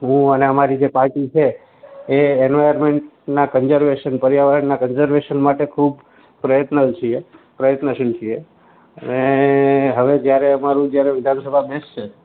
હું અને અમારી જે પાર્ટી છે એ એન્વાયર્મેન્ટના કન્ઝર્વેશન પર્યાવરણનાં કન્ઝર્વેશન માટે ખૂબ પ્રયત્ન છીએ પ્રયત્નશીલ છીએ અને હવે જયારે અમારું જ્યારે વિધાનસભા બેસશે